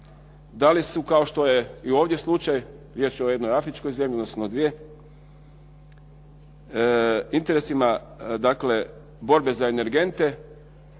da li su kao što je i ovdje slučaj, riječ je o jednoj afričkoj zemlji odnosno dvije, interesima dakle borbe za energente